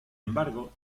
embargo